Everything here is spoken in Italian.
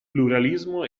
pluralismo